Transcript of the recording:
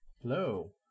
Hello